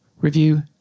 review